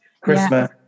Christmas